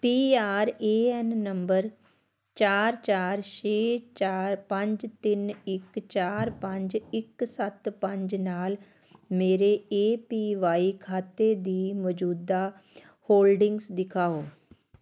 P R A N ਨੰਬਰ ਚਾਰ ਚਾਰ ਛੇ ਚਾਰ ਪੰਜ ਤਿੰਨ ਇੱਕ ਚਾਰ ਪੰਜ ਇੱਕ ਸੱਤ ਪੰਜ ਨਾਲ ਮੇਰੇ ਏ ਪੀ ਵਾਈ ਖਾਤੇ ਦੀ ਮੌਜੂਦਾ ਹੋਲਡਿੰਗਜ਼ ਦਿਖਾਓ